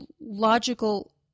logical